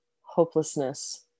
hopelessness